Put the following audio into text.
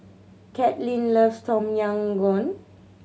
Katlynn loves Tom Yam Goong